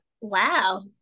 wow